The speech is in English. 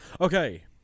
Okay